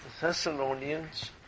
Thessalonians